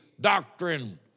doctrine